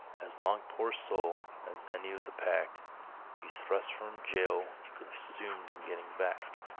as long, poor soul, as any of the pack you thrust from jail consumed in getting back.